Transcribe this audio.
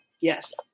Yes